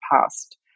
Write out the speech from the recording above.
past